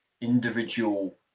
individual